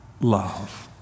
love